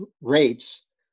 rates